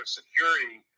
security